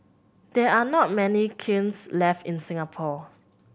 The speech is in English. there are not many kilns left in Singapore